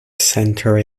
centre